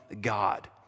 God